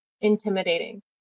intimidating